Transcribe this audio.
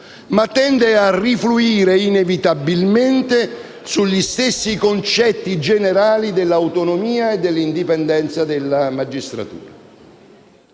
ma tenda a rifluire inevitabilmente sugli stessi concetti generali dell'autonomia e dell'indipendenza della magistratura.